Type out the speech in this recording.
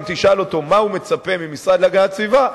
אם תשאל אותו מה הוא מצפה מהמשרד להגנת הסביבה,